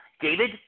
David